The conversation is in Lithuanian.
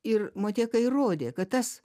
ir motieka įrodė kad tas